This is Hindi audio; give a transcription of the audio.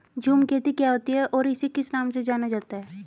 झूम खेती क्या होती है इसे और किस नाम से जाना जाता है?